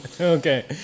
Okay